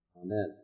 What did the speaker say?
Amen